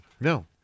No